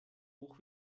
hoch